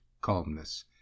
calmness